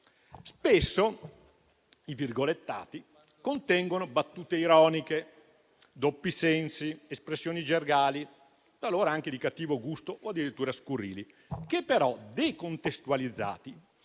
Spesso i virgolettati contengono battute ironiche, doppi sensi, espressioni gergali talora anche di cattivo gusto o addirittura scurrili, che però, decontestualizzati,